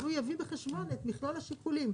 אז הוא יביא בחשבון את מכלול השיקולים,